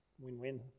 Win-win